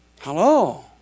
Hello